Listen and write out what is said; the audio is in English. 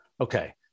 Okay